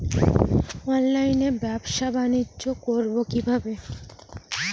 অনলাইনে ব্যবসা বানিজ্য করব কিভাবে?